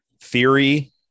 Theory